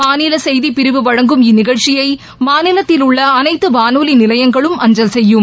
மாநில செய்திப்பிரிவு வழங்கும் இந்நிகழ்ச்சியை மாநிலத்தில் உள்ள அனைத்து வானொலி நிலையங்களும் அஞ்சல் செய்யும்